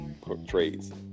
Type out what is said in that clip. portrays